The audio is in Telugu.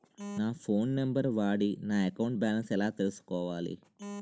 నా ఫోన్ నంబర్ వాడి నా అకౌంట్ బాలన్స్ ఎలా తెలుసుకోవాలి?